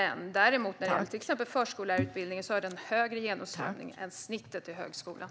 Däremot har till exempel förskollärarutbildningen högre genomströmning än snittet i högskolan.